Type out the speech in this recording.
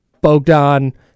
Bogdan